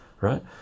right